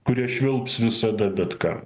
kurie švilps visada bet ką